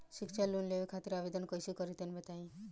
शिक्षा लोन लेवे खातिर आवेदन कइसे करि तनि बताई?